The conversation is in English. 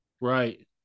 Right